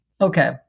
Okay